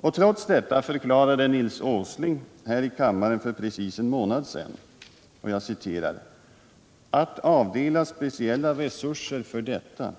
Och trots detta förklarade Nils Åsling här i kammaren för precis en månad sedan att ”avdela speciella resurser för detta